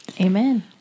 Amen